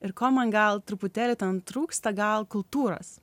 ir ko man gal truputėlį ten trūksta gal kultūros